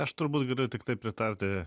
aš turbūt galiu tiktai pritarti